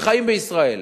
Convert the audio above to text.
וחיים בישראל,